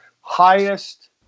highest